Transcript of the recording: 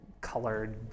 colored